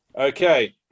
Okay